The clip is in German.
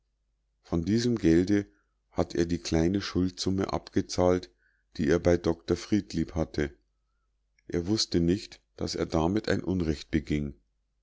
von diesem gelde hat er die kleine schuldsumme abgezahlt die er bei dr friedlieb hatte er wußte nicht daß er damit ein unrecht beging